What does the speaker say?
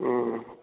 हुँ